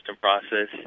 process